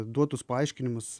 duotus paaiškinimus